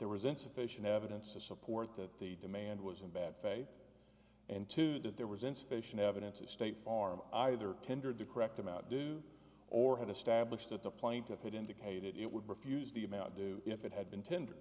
there was insufficient evidence to support that the demand was in bad faith and two that there was insufficient evidence of state farm either tendered the correct amount due or had established that the plaintiff it indicated it would refuse the amount due if it had been tender